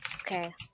Okay